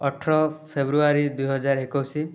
ଅଠର ଫେବୃୟାରୀ ଦୁଇହଜାର ଏକୋଇଶ